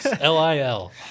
L-I-L